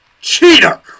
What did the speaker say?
cheater